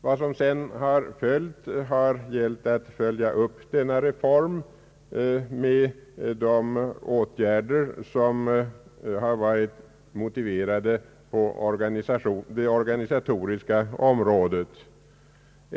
Vad som sedan har skett är en uppföljning av denna reform med de åtgärder som har varit motiverade på det organisatoriska området.